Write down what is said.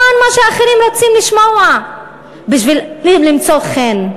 מה שאחרים רוצים לשמוע בשביל למצוא חן,